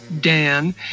Dan